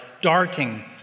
darting